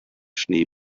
schnee